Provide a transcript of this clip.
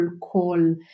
call